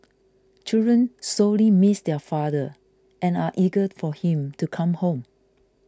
children sorely miss their father and are eager for him to come home